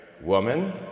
woman